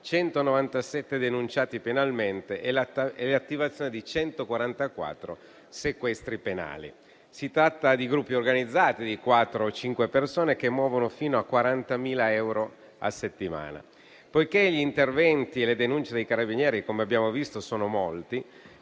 197 denunciati penalmente e l'attivazione di 144 sequestri penali. Si tratta di gruppi organizzati di quattro o cinque persone che muovono fino a 40.000 euro a settimana. Poiché gli interventi e le denunce dei carabinieri, come abbiamo visto, sono molti,